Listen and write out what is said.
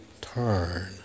turn